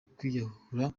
kwiyahura